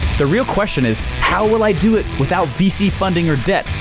the real question is, how will i do it without vc funding or debt,